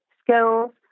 skills